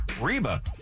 Reba